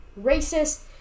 racist